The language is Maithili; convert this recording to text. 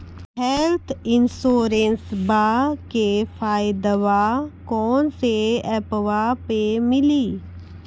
हेल्थ इंश्योरेंसबा के फायदावा कौन से ऐपवा पे मिली?